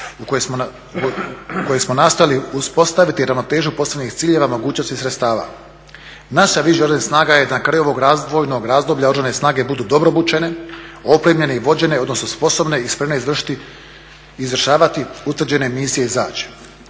kojim smo nastojali uspostaviti ravnotežu postavljanih ciljeva, mogućnosti i sredstava. Naša vizija Oružanih snaga je da na kraju ovog razvojnog razdoblja oružane snage budu dobro obučene, opremljene i vođene odnosno sposobne iz prve izvršavati utvrđene misije i zadaće.